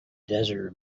desert